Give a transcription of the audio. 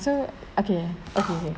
so okay okay kay